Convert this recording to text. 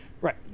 Right